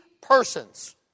persons